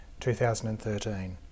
2013